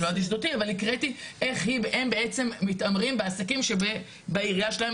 ואני הקראתי איך הם מתעמרים בעסקים בעירייה שלהם,